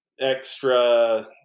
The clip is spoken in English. Extra –